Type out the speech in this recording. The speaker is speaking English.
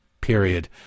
Period